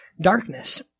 darkness